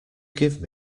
give